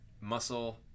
muscle